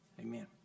Amen